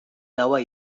laua